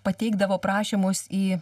pateikdavo prašymus į